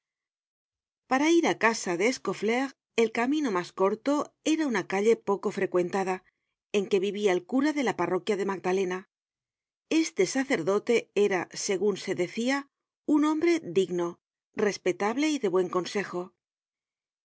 para ir á casa de scauflaire el camino mas corto era una calle poco frecuentada en que vivia el cura de la parroquia de magdalena este sacerdote era segun se decia un hombre digno respetable y de buen consejo